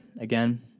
again